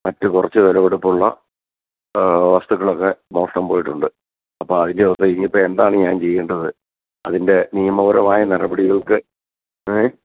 മറ്റ് കുറച്ച് വിലപിടിപ്പുള്ള വസ്തുക്കളൊക്കെ മോഷണം പോയിട്ടുണ്ട് അപ്പോൾ അതിൻ്റെയൊക്കെ ഇനിയിപ്പം എന്താണ് ഞാൻ ചെയ്യേണ്ടത് അതിൻ്റെ നിയമപരമായ നടപടികൾക്ക് ഏ